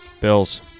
Bills